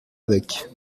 avec